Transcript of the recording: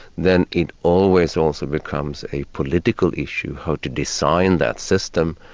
then it always also becomes a political issue, how to design that system,